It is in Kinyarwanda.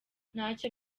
ntacyo